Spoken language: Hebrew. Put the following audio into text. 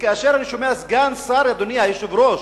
כאשר אני שומע סגן שר, אדוני היושב-ראש,